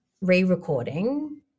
re-recording